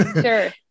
Sure